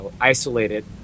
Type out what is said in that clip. isolated